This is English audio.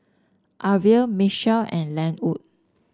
Arvel Mitchell and Lenwood